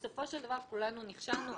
בסופו של דבר כולנו נכשלנו.